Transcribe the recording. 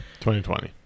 2020